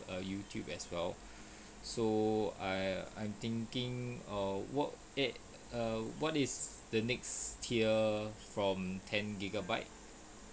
err youtube as well so I I'm thinking err what add err what is the next tier from ten gigabyte